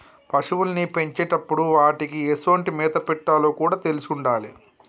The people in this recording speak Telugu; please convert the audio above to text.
పశువుల్ని పెంచేటప్పుడు వాటికీ ఎసొంటి మేత పెట్టాలో కూడా తెలిసుండాలి